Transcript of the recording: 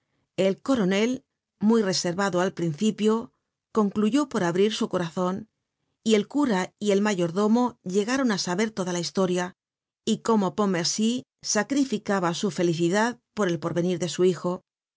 el coronel muy reservado al principio concluyó por abrir su corazon y el cura y el mayordomo llegaron á saber toda la historia y cómo pontmercy sacrificaba su felicidad por el porvenir de su hijo